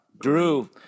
Drew